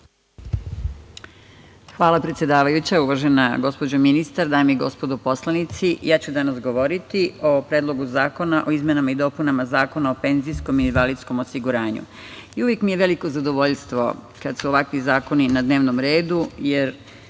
Hvala, predsedavajuća. Uvažena gospođo ministar, dame i gospodo poslanici, ja ću danas govoriti o Predlogu zakona o izmenama i dopunama Zakona o penzijskom i invalidskom osiguranju. Uvek mi je veliko zadovoljstvo kada su ovakvi zakoni na dnevnom redu, jer